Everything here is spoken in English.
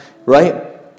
right